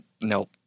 Nope